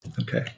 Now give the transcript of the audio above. Okay